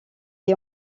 est